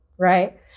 Right